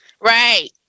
right